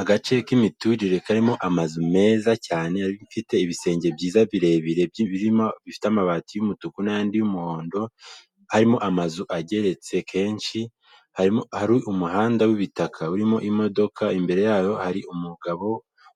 Agace k'imiturire karimo amazu meza cyane, afite ibisenge byiza birebire bifite amabati y'umutuku n'andi y'umuhondo arimo amazu ageretse kenshi, umuhanda w'ibitaka urimo imodoka imbere yayo hari umugabo